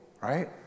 right